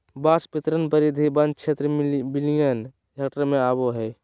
बांस बितरण परिधि वन क्षेत्र मिलियन हेक्टेयर में अबैय हइ